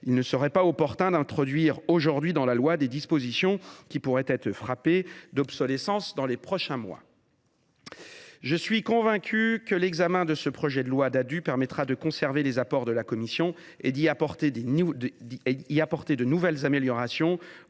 il ne serait pas opportun d’introduire dans la loi des dispositions qui pourraient être frappées d’obsolescence d’ici à quelques mois. Je suis convaincu que l’examen de ce Ddadue permettra de conserver les apports de la commission et d’y ajouter de nouvelles améliorations,